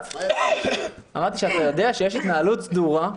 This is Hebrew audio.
-- מה --- אמרתי שאתה יודע שיש התנהלות סדורה.